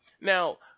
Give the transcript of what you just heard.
Now